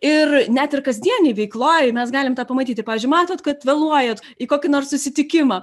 ir net ir kasdienėj veikloje mes galim tą pamatyti pavyzdžiui matot kad vėluojat į kokį nors susitikimą